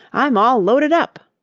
i'm all loaded up.